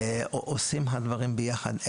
עושים את הדברים ביחד,